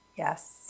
Yes